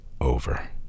over